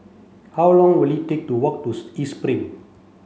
how long will it take to walk to East Spring